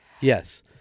Yes